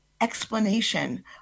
explanation